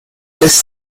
this